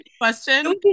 question